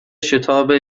شتاب